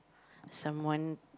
someone